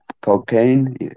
cocaine